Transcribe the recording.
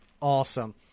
Awesome